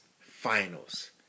Finals